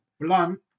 Blunt